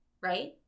right